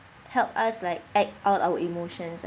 help us like act out our emotions